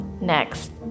next